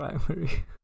primary